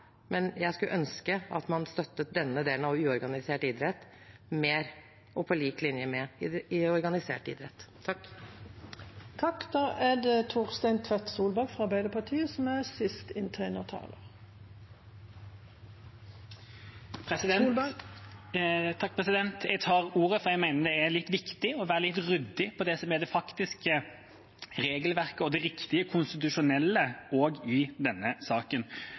Men jeg skulle ønske at man støttet denne delen av uorganisert idrett mer, og på lik linje med den organiserte idretten. Jeg tar ordet, for jeg mener det er viktig å være ryddig om det som er det faktiske regelverket og det riktige konstitusjonelt også i denne saken. Jeg synes egentlig det er litt spesielt å måtte gå opp på